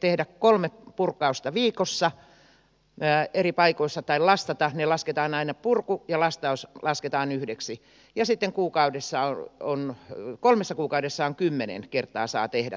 tehdä kolme purkausta viikossa eri paikoissa tai lastata purku ja lastaus lasketaan aina yhdeksi ja sitten kolmessa kuukaudessa kymmenen kertaa saa tehdä tämän